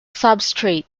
substrate